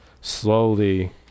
slowly